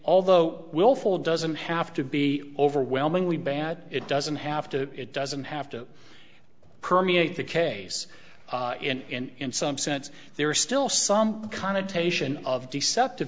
although willful doesn't have to be overwhelmingly bad it doesn't have to it doesn't have to permeate the case and in some sense there is still some connotation of deceptive